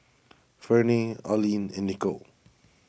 Ferne Alleen and Nicole